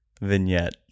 Vignette